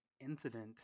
incident